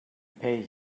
pay